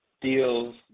deals